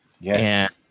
Yes